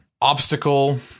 obstacle